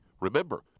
Remember